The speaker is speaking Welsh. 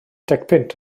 decpunt